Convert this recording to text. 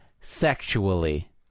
sexually